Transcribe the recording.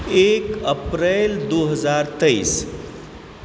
एक अप्रिल दू हजार तेइस